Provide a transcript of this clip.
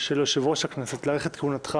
של יושב-ראש הכנסת להאריך את כהונתך